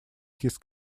his